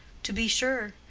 to be sure.